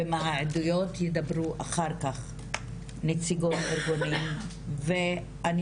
ומה העדויות ידברו אחר כך נציגות ארגונים ואני